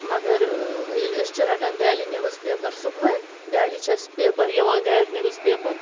مگر ییٚلہِ أسۍ چھِ رَٹان ڈٮ۪لی نِوٕز پیپر صُبحٲے ڈٮ۪لی چھِ أسۍ پیپر یِوان گَرِ نِوٕز پیپر